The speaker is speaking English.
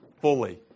fully